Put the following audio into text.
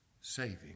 saving